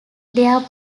there